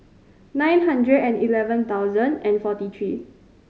nine hundred and eleven thousand and forty three